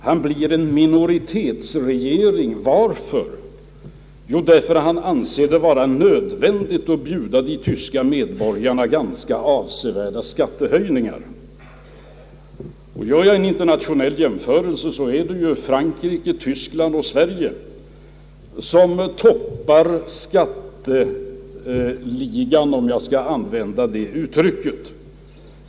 Han blir ledare för en minoritetsregering. Varför? Därför att han anser det nödvändigt att bjuda medborgarna ganska avsevärda skattehöjningar. Av en internationell jämförelse framgår att Frankrike, Västtyskland och Sverige toppar skatteligan, om jag skall använda det uttrycket.